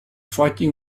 fighting